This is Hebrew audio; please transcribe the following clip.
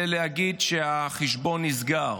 ולהגיד שהחשבון נסגר,